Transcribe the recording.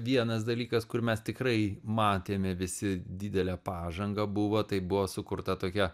vienas dalykas kur mes tikrai matėme visi didelę pažangą buvo tai buvo sukurta tokia